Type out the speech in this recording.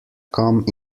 come